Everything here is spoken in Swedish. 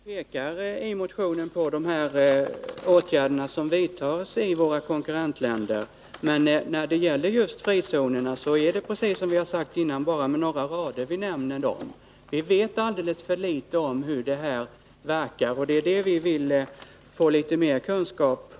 Herr talman! Det är riktigt att vi i motionen pekar på åtgärder som vidtas i våra konkurrentländer, men precis som jag sagt förut, är det bara med några rader vi nämner frizonerna. Vi vet alldeles för litet om hur det här verkar, och det är detta vi vill få litet mer kunskap om.